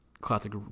classic